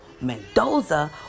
Mendoza